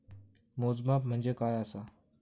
मोजमाप म्हणजे काय असा?